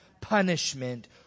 punishment